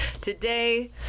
Today